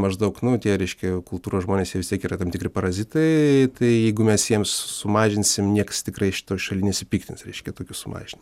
maždaug nu tie reiškia kultūros žmonės jie vis tiek yra tam tikri parazitai tai jeigu mes jiems sumažinsim nieks tikrai šitoj šaly nesipiktins reiškia tokius sumažinimu